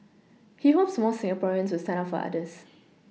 he hopes more Singaporeans will stand up for others